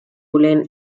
lane